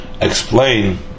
explain